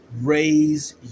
raise